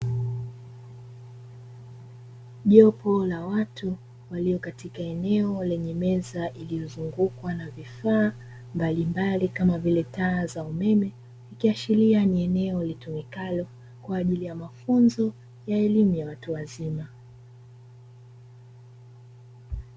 Jopo la watu walio katika eneo lenye meza iliyozungukwa na vifaa mbalimbali kama vile taa za umeme, ikiashiria kuwa ni eneo litumikalo kwa ajili ya mafunzo ya elimu ya watu wazima.